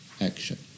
action